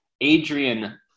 Adrian